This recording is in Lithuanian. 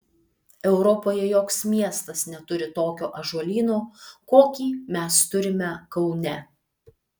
europoje joks miestas neturi tokio ąžuolyno kokį mes turime kaune